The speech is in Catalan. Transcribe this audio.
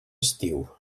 estiu